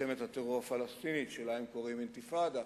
מלחמת הטרור הפלסטינית, שלה הם קוראים אינתיפאדה,